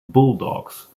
bulldogs